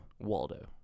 Waldo